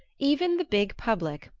even the big public,